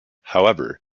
however